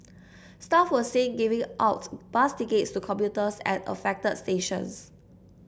staff were seen giving out bus tickets to commuters at affected stations